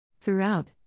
Throughout